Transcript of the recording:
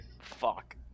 Fuck